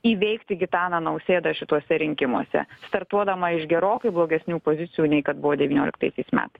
įveikti gitaną nausėdą šituose rinkimuose startuodama iš gerokai blogesnių pozicijų nei kad buvo devynioliktaisiais metais